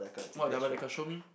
what double-decker show me